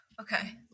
Okay